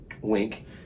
wink